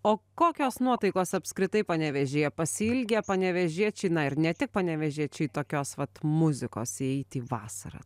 o kokios nuotaikos apskritai panevėžyje pasiilgę panevėžiečiai na ir ne tik panevėžiečiai tokios vat muzikos įeit į vasarą